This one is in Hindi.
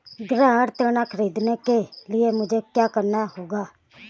गृह ऋण ख़रीदने के लिए मुझे क्या करना होगा?